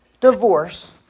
divorce